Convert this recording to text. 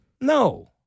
No